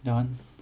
that one